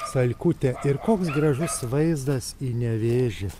salkutė ir koks gražus vaizdas į nevėžį